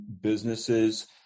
businesses